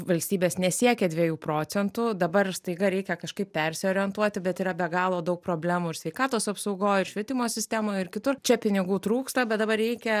valstybės nesiekia dviejų procentų dabar staiga reikia kažkaip persiorientuoti bet yra be galo daug problemų ir sveikatos apsaugoj ir švietimo sistemoj ir kitur čia pinigų trūksta bet dabar reikia